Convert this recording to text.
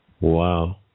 Wow